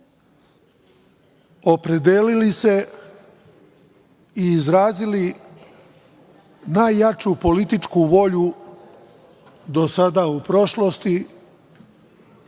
opredelili se i izrazili najjaču političku volju do sada u prošlosti,